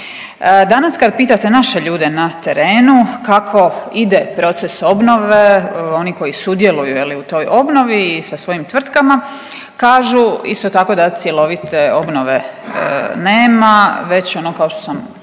Danas kad pitate naše ljude na terenu kako ide proces obnove, oni koji sudjeluju, je li, u toj obnovi i sa svojim tvrtkama, kažu isto tako da cjelovite obnove nema, već ono kao što sam